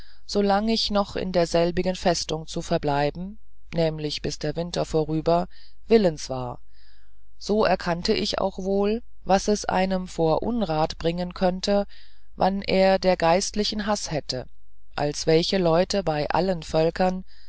solang ich noch in derselbigen festung zu verbleiben nämlich bis der winter vorüber willens war so erkannte ich auch wohl was es einem vor unrat bringen könnte wann er der geistlichen haß hätte als welche leute bei allen völkern